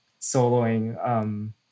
soloing